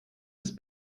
ist